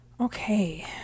Okay